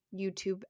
YouTube